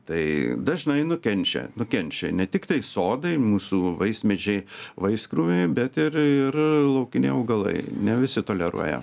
tai dažnai nukenčia nukenčia ne tiktai sodai mūsų vaismedžiai vaiskrūmiai bet ir ir laukiniai augalai ne visi toleruoja